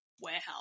warehouse